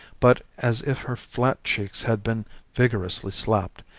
but as if her flat cheeks had been vigorously slapped,